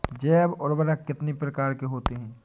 जैव उर्वरक कितनी प्रकार के होते हैं?